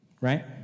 Right